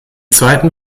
zweiten